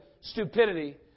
stupidity